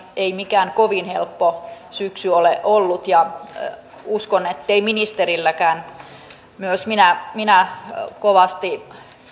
ei mikään kovin helppo syksy ole ollut uskon ettei ministerilläkään myös minä minä kovasti